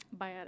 Biotic